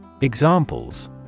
Examples